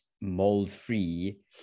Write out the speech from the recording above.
mold-free